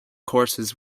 courses